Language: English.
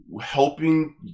Helping